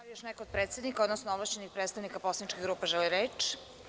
još neko od predsednika, odnosno ovlašćenih predstavnika poslaničkih grupa želi reč?